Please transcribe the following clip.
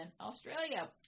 Australia